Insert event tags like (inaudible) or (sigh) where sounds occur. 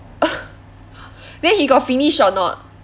(laughs) then he got finish or not